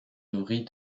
nourrit